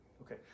Okay